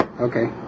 Okay